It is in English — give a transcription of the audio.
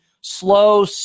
slow